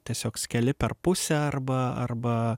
tiesiog skeli per pusę arba arba